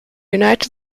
united